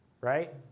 right